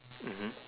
mmhmm